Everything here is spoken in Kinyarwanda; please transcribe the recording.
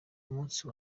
umunsi